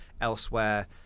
elsewhere